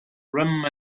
urim